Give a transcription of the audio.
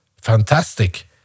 fantastic